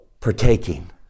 Partaking